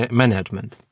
management